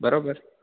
બરાબર